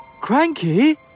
Cranky